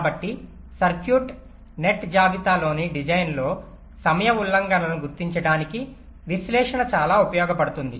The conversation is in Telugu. కాబట్టి సర్క్యూట్ నెట్ జాబితాలోని డిజైన్లో సమయ ఉల్లంఘనలను గుర్తించడానికి విశ్లేషణ చాలా ఉపయోగపడుతుంది